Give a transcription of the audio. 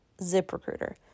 ZipRecruiter